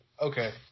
Okay